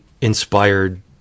inspired